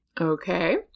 Okay